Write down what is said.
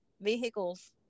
vehicles